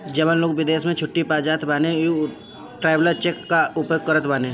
जवन लोग विदेश में छुट्टी पअ जात बाने उ ट्रैवलर चेक कअ उपयोग करत बाने